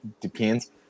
depends